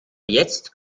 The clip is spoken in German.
jetzt